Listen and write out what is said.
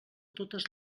totes